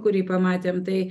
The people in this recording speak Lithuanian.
kurį pamatėm tai